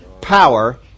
power